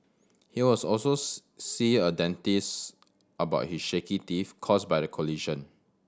he was also see a dentist about his shaky teeth caused by the collision